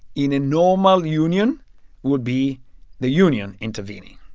in a normal union would be the union intervening.